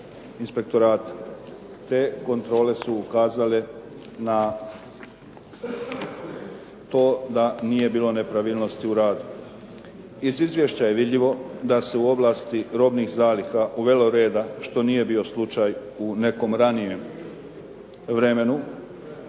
Te kontrole su ukazale na to da nije bilo nepravilnosti u radu. Iz izvješća je vidljivo da se u oblasti robnih zaliha uvelo reda što nije bio slučaj u nekom ranijem vremenu